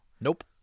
Nope